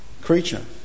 creature